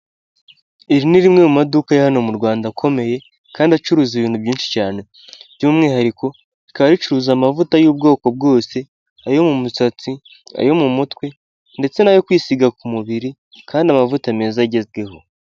Iri ni rimwe mu maduka ya hano mu Rwanda akomeye kandi acuruza ibintu byinshi cyane, by'umwihariko rikaba ricuruza amavuta y'ubwoko bwose ayo mu musatsi, ayo mu mutwe ndetse n'ayo kwisiga ku mubiri kandi amavuta meza agezweho.